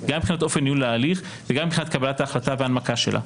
גם מבחינת אופן ניהול ההליך וגם מבחינת אופן ההחלטה וההנמקה שלה.